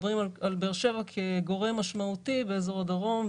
מדברים על באר שבע כגורם משמעותי באזור הדרום,